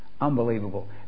Unbelievable